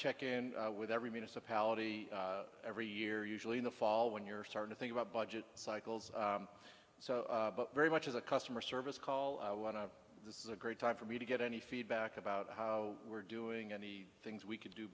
check in with every municipality every year usually in the fall when you're starting to think about budget cycles so very much as a customer service call i want to this is a great time for me to get any feedback about how we're doing and the things we can do